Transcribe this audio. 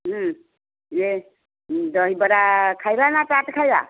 ୟେ ଦହିବରା ଖାଇବା ନା ଚାଟ୍ ଖାଇବା